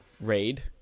Raid